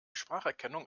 spracherkennung